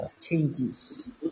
changes